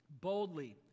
boldly